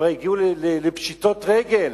כבר הגיעו לפשיטות רגל.